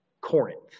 Corinth